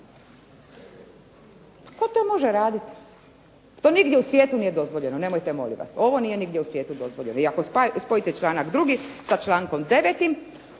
Tko to može raditi? To nigdje u svijetu nije dozvoljeno, nemojte molim vas. Ovo nije nigdje u svijetu dozvoljeno. I ako spojite članak 2. sa člankom 9.